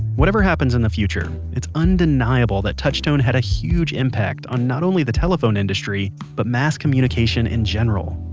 whatever happens in the future, it's undeniable that touch tone had a huge impact on not only the telephone industry, but mass communication in general,